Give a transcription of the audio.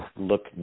look